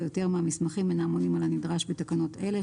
יותר מהמסמכים אינם עונים על הנדרש בתקנות אלה.